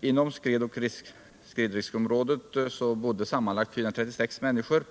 Inom skredområdet och skredriskområdet bodde sammanlagt 436 personer.